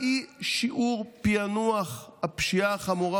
אחת היא שיעור פענוח הפשיעה החמורה,